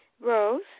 Rose